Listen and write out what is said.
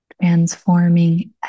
transforming